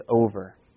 over